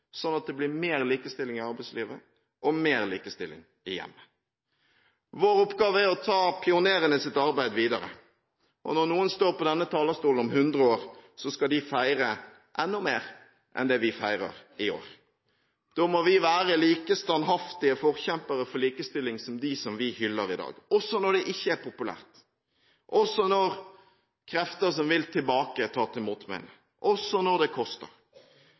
at det blir mer likestilling i arbeidslivet og mer likestilling i hjemmet. Vår oppgave er å ta pionerenes arbeid videre. Når noen står på denne talerstolen om 100 år, skal de feire enda mer enn det vi feirer i år. Da må vi være like standhaftige forkjempere for likestilling som dem som vi hyller i dag. Også når det ikke er populært, også når krefter som vil tilbake, tar til motmæle, også når det koster